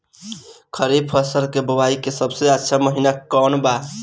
खरीफ फसल के बोआई के सबसे अच्छा महिना कौन बा?